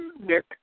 Nick